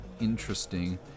interesting